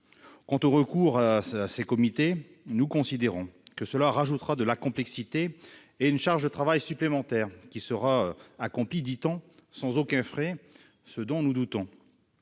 Quant au recours à ces comités, nous estimons que cela ajoutera de la complexité et créera une charge de travail supplémentaire qui sera accomplie, nous dit-on, sans aucun frais, ce dont nous doutons.